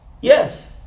yes